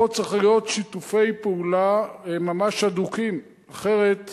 ופה צריכים להיות שיתופי פעולה ממש הדוקים, אחרת